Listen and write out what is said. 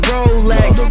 Rolex